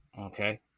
Okay